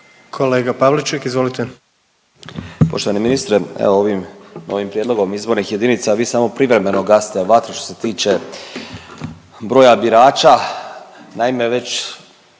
suverenisti)** Poštovani ministre, evo ovim prijedlogom izbornih jedinica vi samo privremeno gasite vatru što se tiče broja birača.